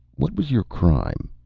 what was your crime?